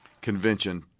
convention